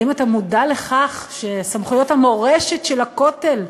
האם אתה מודע לכך שהסמכויות על הקרן למורשת הכותל,